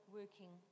working